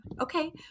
Okay